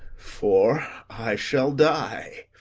for i shall die.